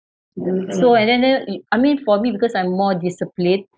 so and then the I mean for me because I'm more disciplined